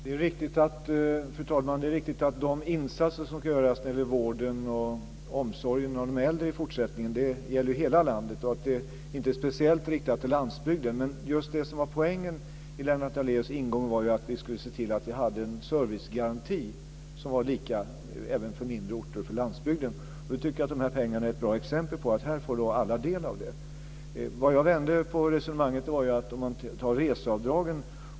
Fru talman! Det är riktigt att de insatser som ska göras i fortsättningen när det gäller vård och omsorg om de äldre gäller hela landet. Det är inte speciellt riktat till landsbygden. Men det som var poängen i Lennart Daléus ingång var ju att vi skulle se till att vi hade en servicegaranti som var lika även för mindre orter och för landsbygden. Då tycker jag att de här pengarna är ett bra exempel på att alla får del av dem. Jag vände på resonemanget och nämnde reseavdragen.